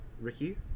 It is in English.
Ricky